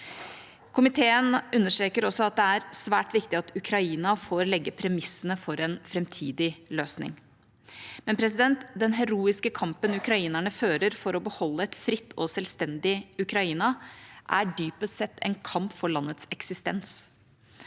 Komiteen understreker også at det er svært viktig at Ukraina får legge premissene for en framtidig løsning. Den heroiske kampen ukrainerne fører for å beholde et fritt og selvstendig Ukraina, er dypest sett en kamp for landets eksistens.